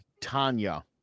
Tanya